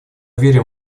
верим